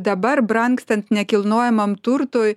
dabar brangstant nekilnojamam turtui